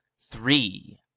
three